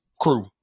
crew